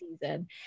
season